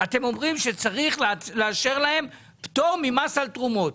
ואומרים שצריך לאשר לה פטור ממס על תרומות.